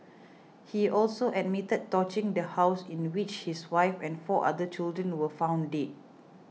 he also admitted torching the house in which his wife and four other children were found dead